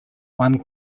one